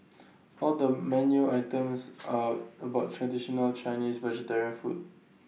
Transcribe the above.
all the menu items are about traditional Chinese vegetarian food